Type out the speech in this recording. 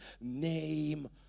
name